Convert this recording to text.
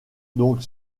donc